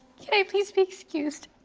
please be excused?